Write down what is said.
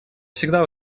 всегда